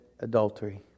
Adultery